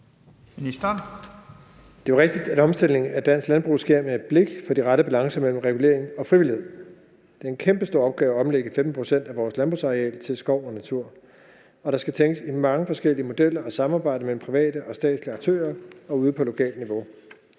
Det er jo rigtigt, at omstillingen af dansk landbrug sker med et blik for de rette balancer mellem regulering og frivillighed. Det er en kæmpestor opgave at omlægge 15 pct. af vores landbrugsareal til skov og natur. Der skal tænkes i mange forskellige modeller og samarbejde mellem private og statslige aktører og ude på lokalt niveau.